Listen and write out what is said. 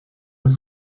het